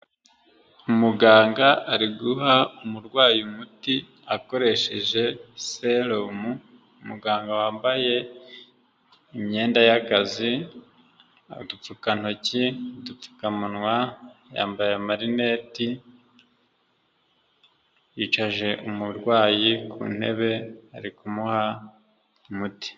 Umuganga ari guha umurwayi umuti akoresheje selumu, umuganga wambaye imyenda y'akazi, udupfukantoki, udupfukamunwa, yambaye amarineti, yicaje umurwayi ku ntebe ari kumuha umuti.